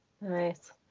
Nice